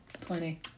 plenty